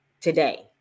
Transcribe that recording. today